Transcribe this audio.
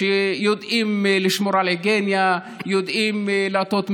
שיודעים לשמור על היגיינה, שיודעים לעטות מסכה.